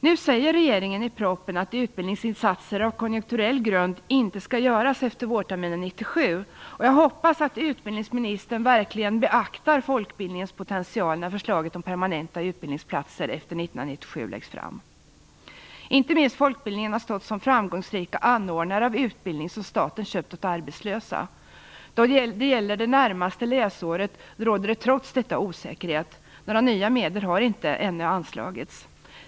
Nu säger regeringen i propositionen att utbildningsinsatser av konjunkturell grund inte skall göras efter vårterminen 1997. Jag hoppas att utbildningsministern verkligen beaktar folkbildningens potential när förslaget läggs fram om permanenta utbildningsplatser efter 1997. Inte minst folkbildningen har stått som framgångsrik anordnare av utbildning som staten köpt åt arbetslösa. När det gäller det närmaste läsåret råder det trots detta osäkerhet. Några nya medel har ännu inte anslagits.